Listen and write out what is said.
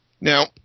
Now